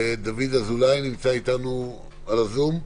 דוד אזולאי, נמצא איתנו בזום?